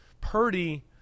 Purdy